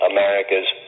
America's